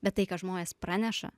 bet tai ką žmonės praneša